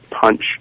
punch